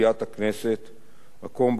מקום שבו ישבת בשנים האחרונות,